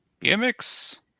Gimmicks